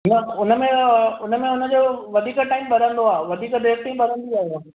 न हुन में हुन में हुन जो वधीक टाइम ॿरंदो आहे वधीक देरि ताईं ॿरंदी आहे उहा